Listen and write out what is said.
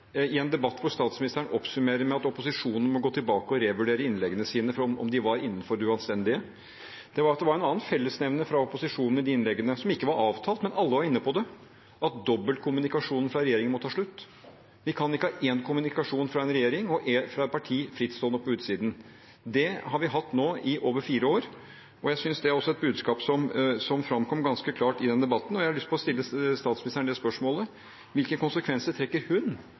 i en debatt hvor statsministeren oppsummerer med at opposisjonen må gå tilbake og revurdere innleggene sine, om de var innenfor det anstendige. Det var en annen fellesnevner fra opposisjonen i de innleggene – som ikke var avtalt, men alle var inne på det: at dobbeltkommunikasjonen fra regjeringen må ta slutt. Vi kan ikke ha én kommunikasjon fra en regjering og én fra et parti frittstående på utsiden. Det har vi hatt nå i over fire år, og jeg synes det også er et budskap som framkom ganske klart i den debatten. Jeg har lyst til å stille statsministeren spørsmålet: Hvilke konsekvenser trekker hun